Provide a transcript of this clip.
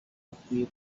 bakwiye